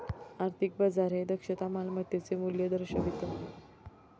आर्थिक बाजार हे दक्षता मालमत्तेचे मूल्य दर्शवितं